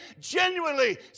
genuinely